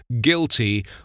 guilty